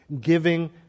Giving